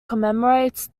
commemorates